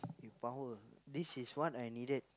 power this is what I needed